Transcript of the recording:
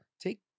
Take